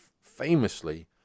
famously